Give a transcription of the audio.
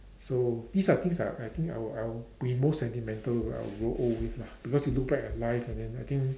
so these are things I I think I will I will be most sentimental I'll grow old with lah because you look back at life and then I think